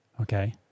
Okay